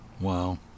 Wow